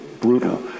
brutal